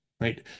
right